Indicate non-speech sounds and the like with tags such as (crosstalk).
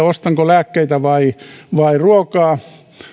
(unintelligible) ostanko lääkkeitä vai vai ruokaa